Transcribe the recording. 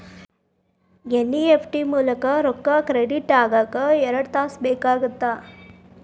NEFT ಮೂಲಕ ರೊಕ್ಕಾ credit ಆಗಾಕ ಎರಡ್ ತಾಸ ಬೇಕಾಗತ್ತಾ